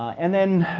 and then,